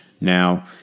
Now